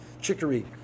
chicory